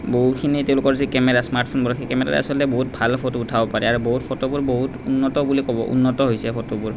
বহুখিনি তেওঁলোকৰ যি কেমেৰা স্মাৰ্টফোনবোৰৰ সেই কেমেৰাই আচলতে বহুত ভাল ফটো উঠাব পাৰে আৰু বহুত ফটোবোৰ বহুত উন্নত বুলি ক'ব উন্নত হৈছে ফটোবোৰ